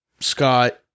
Scott